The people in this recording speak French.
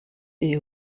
est